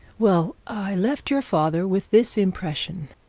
well, i left your father with this impression.